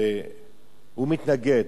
הוא מתנגד.